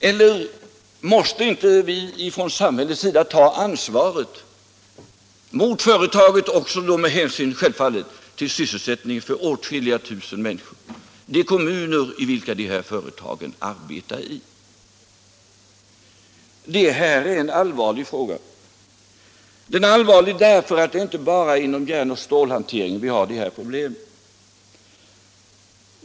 Eller måste inte vi ta ansvaret från samhällets sida mot företaget — självfallet då också av hänsyn till sysselsättningen för åtskilliga tusen människor och av hänsyn till de kommuner i vilka dessa människor arbetar? Detta är en allvarlig fråga. Den är allvarlig därför att det inte bara är inom järn och stålhanteringen som vi har sådana problem.